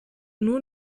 nur